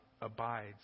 abides